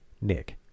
Nick